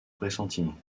pressentiment